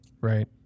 right